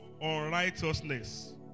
unrighteousness